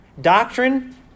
Doctrine